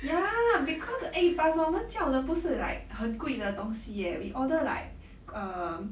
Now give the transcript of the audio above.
ya because eh plus 我们叫的不是 like 很贵的东西 eh we order like um